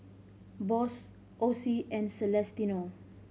Boss Osie and Celestino